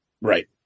Right